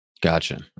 Gotcha